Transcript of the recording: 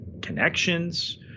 connections